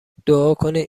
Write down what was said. دعاکنید